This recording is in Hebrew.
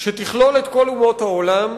ההתמודדות תכלול את כל אומות העולם,